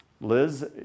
Liz